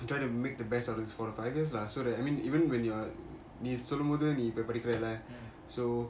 we try to make the best of this four to five years lah so that I mean even when you are நீ சொல்லும்போது நீ இப்போ படிக்கிறாளா:nee solumbothu nee ipo padikirala so